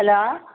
hello